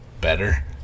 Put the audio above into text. better